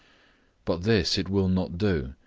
but this it will not do,